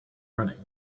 running